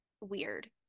weird